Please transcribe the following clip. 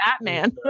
Batman